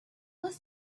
was